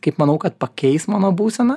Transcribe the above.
kaip manau kad pakeis mano būseną